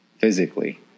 Physically